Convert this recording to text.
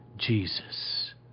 Jesus